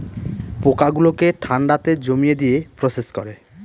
পোকা গুলোকে ঠান্ডাতে জমিয়ে দিয়ে প্রসেস করে